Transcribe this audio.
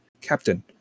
Captain